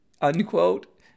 unquote